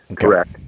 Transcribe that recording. correct